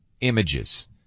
images